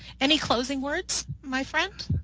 any closing words, my friend?